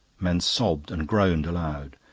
men sobbed and groaned aloud.